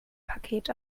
paket